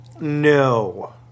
No